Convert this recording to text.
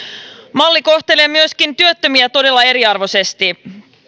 malli kohtelee myöskin työttömiä todella eriarvoisesti